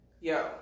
yo